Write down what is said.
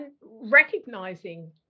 recognizing